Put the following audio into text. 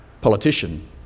politician